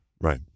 Right